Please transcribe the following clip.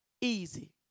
easy